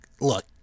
look